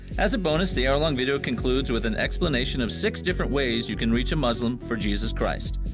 as a bonus the hour long video concludes with an explanation of six different ways you can reach a muslim for jesus christ.